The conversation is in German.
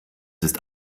ist